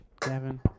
Gavin